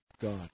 God